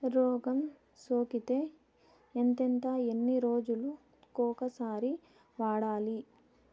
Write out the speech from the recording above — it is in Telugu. రోగం సోకితే ఎంతెంత ఎన్ని రోజులు కొక సారి వాడాలి?